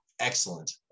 Excellent